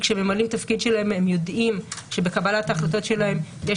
שכשהם ממלאים את התפקיד שלהם הם יודעים שבקבלת ההחלטות שלהם יש